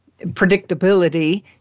predictability